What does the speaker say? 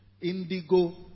indigo